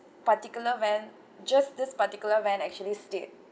particular van just this particular van actually stayed